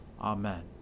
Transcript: Amen